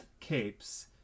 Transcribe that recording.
capes